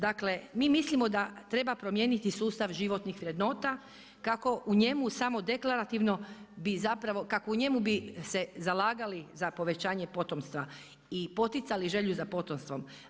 Dakle mi mislimo da treba promijeniti sustav životnih vrednota, kako u njemu samo deklarativno, bi zapravo, kako u njemu bi se zalagali za povećanje potomstva i poticali želju za potomstvom.